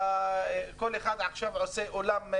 כל אחד עכשיו עושה אולם,